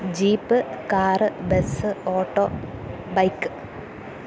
jeep car bus auto bike